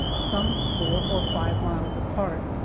some four or five miles apart.